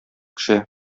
төшә